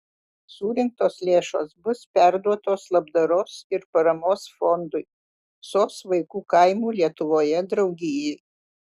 surinktos lėšos bus perduotos labdaros ir paramos fondui sos vaikų kaimų lietuvoje draugijai